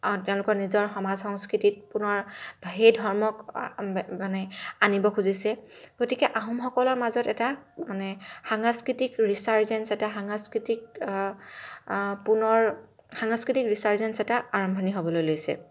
তেওঁলোকে নিজৰ সমাজ সংস্কৃতিক পুনৰ সেই ধৰ্মক মানে আনিব খুজিছে গতিকে আহোমসকলৰ মাজত এটা মানে সাংস্কৃতিক ৰিছাৰ্জেঞ্চ এটা সাংস্কৃতিক পুনৰ সাংস্কৃতিক ৰিছাৰ্জেঞ্চ এটা আৰম্ভণি এটা হ'বলৈ লৈছে